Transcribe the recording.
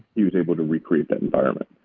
he was able to re-create the environment